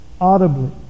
audibly